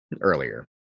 earlier